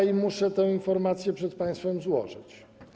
I muszę tę informację przed państwem złożyć.